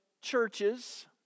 churches